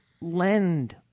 lend